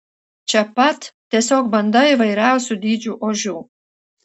čia pat tiesiog banda įvairiausių dydžių ožių